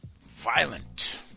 violent